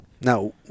Now